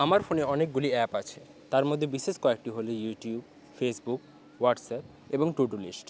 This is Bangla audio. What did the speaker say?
আমার ফোনে অনেকগুলি অ্যাপ আছে তার মধ্যে বিশেষ কয়েকটি হলো ইউটিউব ফেসবুক হোয়াটসঅ্যাপ এবং টু ডু লিস্ট